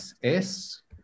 es